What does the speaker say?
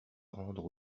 rendre